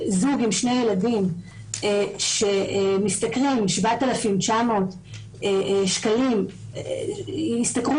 זוג עם שני ילדים שמשתכרים 7,900 שקלים ישתכרו